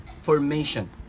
Formation